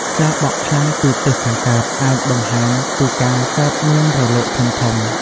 ខ្យល់បក់ខ្លាំងពីទិសខាងកើត អាចបង្ហាញពីការកើតមានរលកធំៗ។